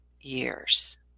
years